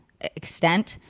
extent